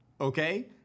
okay